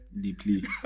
Deeply